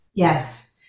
Yes